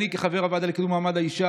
אני כחבר הוועדה לקידום מעמד האישה